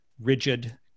rigid